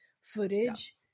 footage